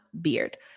Beard